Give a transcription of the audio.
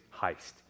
heist